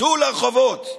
צאו לרחובות.